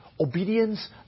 Obedience